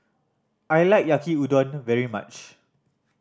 I like Yaki Udon very much